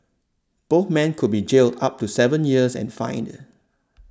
both men could be jailed up to seven years and fined